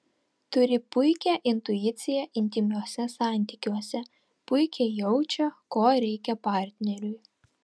turi puikią intuiciją intymiuose santykiuose puikiai jaučia ko reikia partneriui